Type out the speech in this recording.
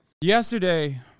Yesterday